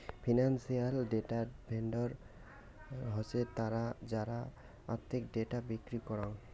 financial data vendor হসে তারা যারা আর্থিক ডেটা বিক্রি করাং